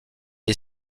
est